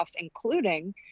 including